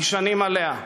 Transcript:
נשענים עליה.